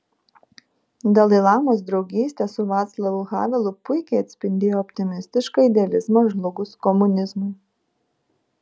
dalai lamos draugystė su vaclavu havelu puikiai atspindėjo optimistišką idealizmą žlugus komunizmui